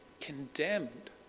condemned